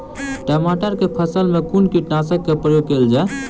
टमाटर केँ फसल मे कुन कीटनासक केँ प्रयोग कैल जाय?